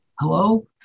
Hello